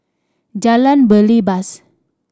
Jalan Belibas